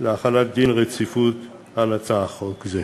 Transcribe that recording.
להחלת דין רציפות על הצעת חוק זו.